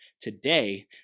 today